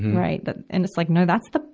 right, that and it's like, no, that's the,